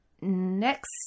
Next